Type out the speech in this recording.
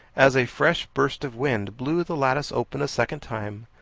as a fresh burst of wind blew the lattice open a second time.